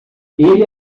ele